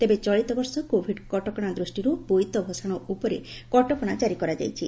ତେବେ ଚଳିତ ବର୍ଷ କୋଭିଡ୍ କଟକଣା ଦୃଷ୍ଟିର୍ ବୋଇତ ଭସାଣ ଉପରେ କଟକଶା ଜାରି କରାଯାଇଛି